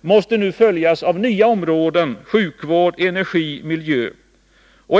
måste nu följas av nya områden som sjukvård, energi, miljö m.m.